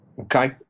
Okay